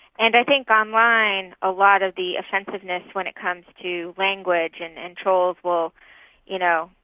and i think online, a lot of the offensiveness when it comes to language and and trolls will you know,